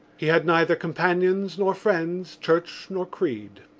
he had neither companions nor friends, church nor creed.